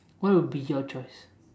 what would be your choice